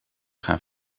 gaan